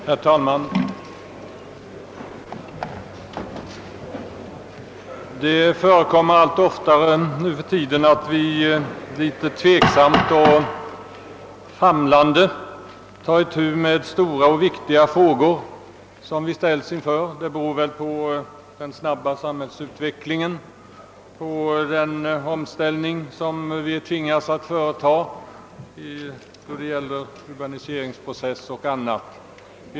Herr talman! Det förekommer allt oftare nuförtiden att vi litet tveksamt och famlande tar itu med stora och viktiga frågor, vilket väl beror på den snabba samhällsutvecklingen och på den omställning vi tvingas företa med anledning av urbaniseringsprocessen och annat.